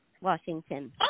Washington